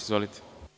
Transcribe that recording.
Izvolite.